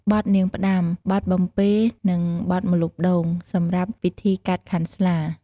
បទនាងផ្ដាំ បទបំពេរនិងបទម្លប់ដូង សម្រាប់ពិធីកាត់ខាន់ស្លា ។